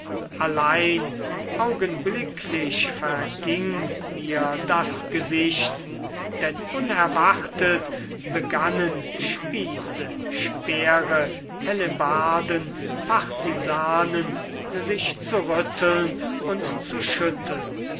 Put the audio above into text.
allein augenblicklich verging mir das gesicht denn unerwartet begannen spieße speere hellebarden partisanen sich zu rütteln und zu schütteln